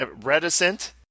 Reticent